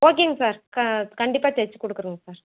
ஓகேங்க சார் கண்டிப்பாக தைச்சிக் கொடுக்குறோங்க சார்